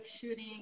shooting